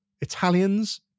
italians